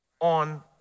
on